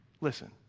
listen